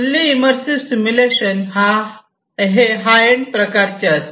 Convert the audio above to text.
full immersive simulation हे high end प्रकारचे असते